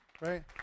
Right